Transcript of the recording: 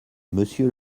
monsieur